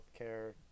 healthcare